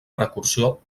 precursor